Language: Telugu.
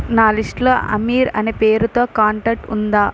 నా లిస్టులో అమీర్ అనే పేరుతో కాంటాక్ట్ ఉందా